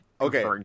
okay